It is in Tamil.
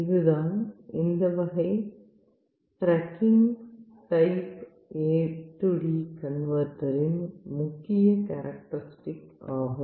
இதுதான் இந்த வகை டிராக்கிங் டைப் AD கன்வெர்ட்டரின் முக்கிய காரக்டரிஸ்டிக் ஆகும்